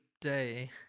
day